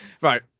Right